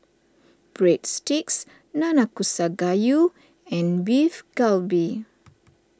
Breadsticks Nanakusa Gayu and Beef Galbi